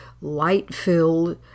light-filled